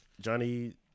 Johnny